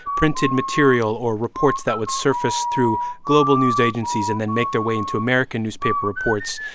printed material or reports that would surface through global news agencies and then make their way into american newspaper reports.